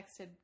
texted